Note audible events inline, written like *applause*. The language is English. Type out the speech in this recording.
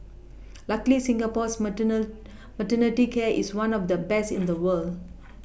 *noise* luckily Singapore's mater *unintelligible* maternity care is one of the best in the world *noise*